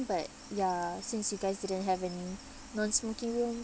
but ya since you guys didn't have any non-smoking room